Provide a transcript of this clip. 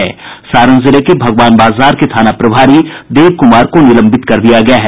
सारण जिले के भगवान बाजार के थाना प्रभारी देव कुमार को निलंबित कर दिया गया है